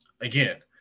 again